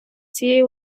цією